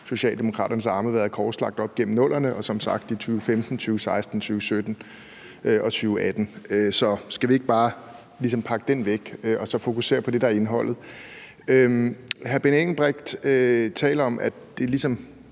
Socialdemokraternes arme været korslagte op gennem 00'erne og som sagt i 2015, 2016, 2017 og 2018. Så skal vi ikke bare ligesom pakke den væk og så fokusere på det, der er indholdet? Hr. Benny Engelbrecht taler om, at den her